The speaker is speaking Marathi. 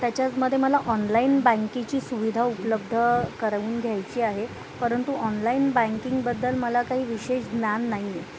त्याच्यामध्ये मला ऑनलाईन बँकेची सुविधा उपलब्ध करवून घ्यायची आहे परंतु ऑनलाईन बँकिंगबद्दल मला काही विशेष ज्ञान नाही आहे